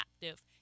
captive